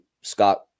Scott